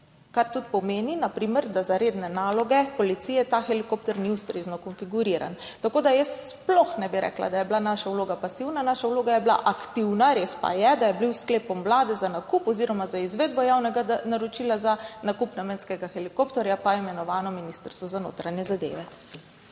na primer, da za redne naloge policije ta helikopter ni ustrezno konfiguriran. Jaz sploh ne bi rekla, da je bila naša vloga pasivna, naša vloga je bila aktivna. Res pa je, da je bilo s sklepom Vlade za nakup oziroma za izvedbo javnega naročila za nakup namenskega helikopterja imenovano Ministrstvo za notranje zadeve.